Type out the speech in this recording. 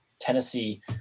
Tennessee